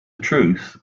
truth